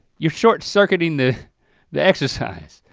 you're short circuiting the the exercise.